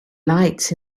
lights